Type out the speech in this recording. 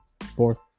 Fourth